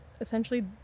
essentially